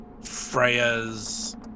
Freya's